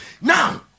Now